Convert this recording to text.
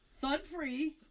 thud-free